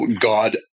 god